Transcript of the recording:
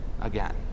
again